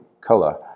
color